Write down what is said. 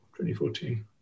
2014